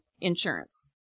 insurance